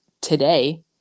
today